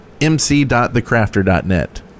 MC.TheCrafter.net